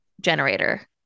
generator